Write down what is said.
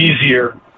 easier